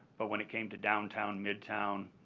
but when it came to downtown, midtown,